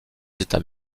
états